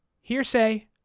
hearsay